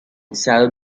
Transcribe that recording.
cell